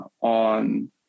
on